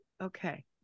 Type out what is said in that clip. Okay